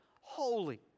holy